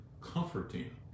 comforting